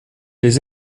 les